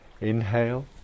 Inhale